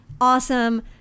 awesome